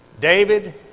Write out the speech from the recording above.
David